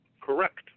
Correct